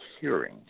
hearing